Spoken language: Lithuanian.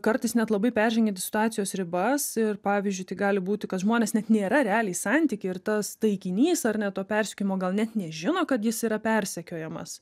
kartais net labai peržengiantis situacijos ribas ir pavyzdžiui tai gali būti kad žmonės net nėra realiai santyky ir tas taikinys ar ne to persekiojimo gal net nežino kad jis yra persekiojamas